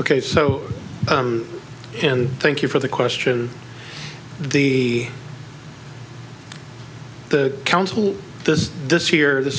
ok so and thank you for the question the the council this this year this